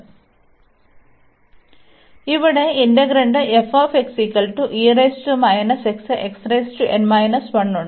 അതിനാൽ ഇവിടെ ഇന്റഗ്രന്റ ഉണ്ട്